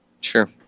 Sure